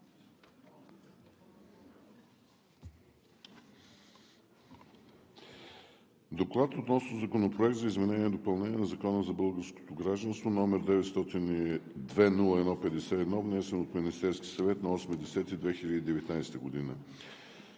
„ДОКЛАД относно Законопроект за изменение и допълнение на Закона за българското гражданство, № 902-01-51, внесен от Министерския съвет на 08 октомври